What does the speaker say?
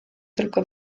tylko